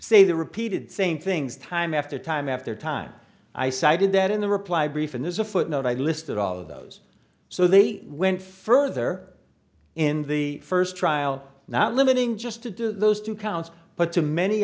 say the repeated same things time after time after time i cited that in the reply brief and there's a footnote i listed all of those so they went further in the first trial not limiting just to do those two counts but to many